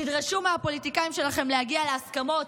תדרשו מהפוליטיקאים שלכם להגיע להסכמות,